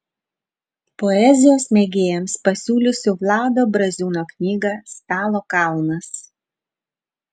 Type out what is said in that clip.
poezijos mėgėjams pasiūlysiu vlado braziūno knygą stalo kalnas